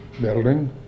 building